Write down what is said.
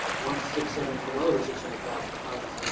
once six, seven ah well over six hundred thousand tons,